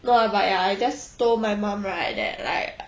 !wah! but ya I just told my mum right that like